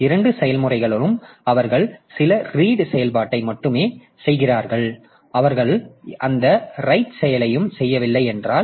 இரண்டு செயல்முறைகளும் அவர்கள் சில ரீட் செயல்பாட்டை மட்டுமே செய்கிறார்களானால் அவர்கள் எந்த ரைட் செயலையும் செய்யவில்லை என்றால்